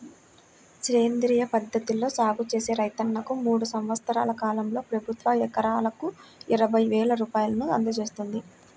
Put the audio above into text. సేంద్రియ పద్ధతిలో సాగు చేసే రైతన్నలకు మూడు సంవత్సరాల కాలంలో ప్రభుత్వం ఎకరాకు ఇరవై వేల రూపాయలు అందజేత్తంది